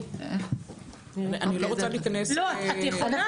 --- אני לא רוצה להיכנס --- את יכולה,